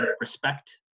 respect